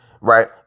right